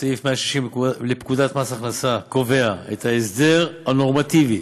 שסעיף 160 לפקודת מס הכנסה קובע את ההסדר הנורמטיבי